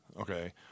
Okay